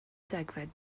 degfed